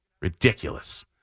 Ridiculous